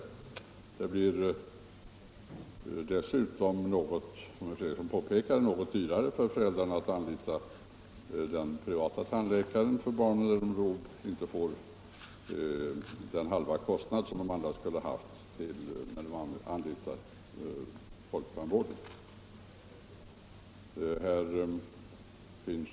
Dessutom blir det, som herr Fredriksson påpekade, något dyrare för föräldrarna att anlita den privata tandläkaren för barnen, eftersom de då inte får den halva kostnad ersatt, som de skulle ha fått om de anlitat folktandvården.